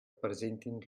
presentin